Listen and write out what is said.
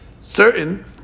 certain